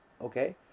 okay